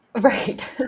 Right